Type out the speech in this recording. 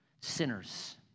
sinners